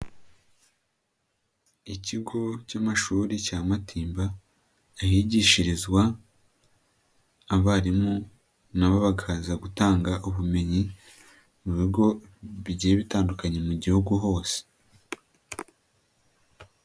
Ikigo cy'amashuri cya matimba ahigishirizwa abarimu nabo bakaza gutanga ubumenyi mu bigo bigiye bitandukanye mu gihugu hose.